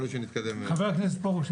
חבר הכנסת פרוש,